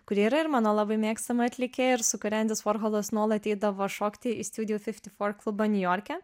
kuri yra ir mano labai mėgstama atlikėja ir su kuria endis vorholas nuolat eidavo šokti į studio fifty four klubą niujorke